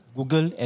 Google